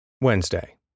Wednesday